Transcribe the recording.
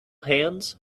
hands